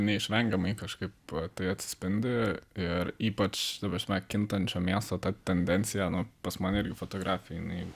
neišvengiamai kažkaip tai atsispindi ir ypač ta prasme kintančio miesto ta tendencija nu pas mane irgi fotografija jinai